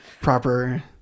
proper